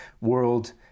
world